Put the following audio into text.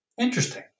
Interesting